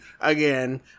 again